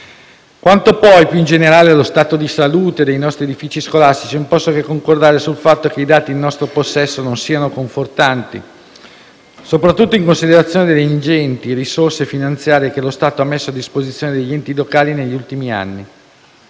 Quanto poi, più in generale, allo stato di salute dei nostri edifici scolastici, non posso che concordare sul fatto che i dati in nostro possesso non siano confortanti soprattutto in considerazione delle ingenti risorse finanziarie che lo Stato ha messo a disposizione degli enti locali negli ultimi anni.